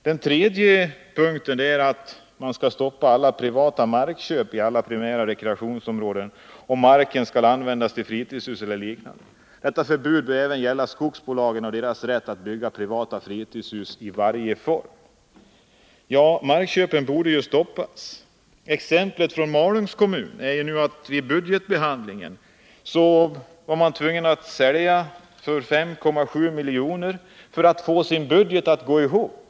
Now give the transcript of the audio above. Den tredje punkten i min interpellation gäller stopp för alla privata markköp inom alla primära rekreationsområden, om marken skall användas till fritidshus eller liknande. Detta förbud bör även gälla skogsbolagen och deras rätt att bygga privata fritidshus i varje form. Markköpen borde ju stoppas. Jag kan ta ett exempel från Malungs kommun. I samband med budgetbehandlingen visade det sig att man var tvungen att sälja mark för 5,7 milj.kr. för att få budgeten att gå ihop.